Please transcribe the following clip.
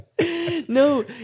No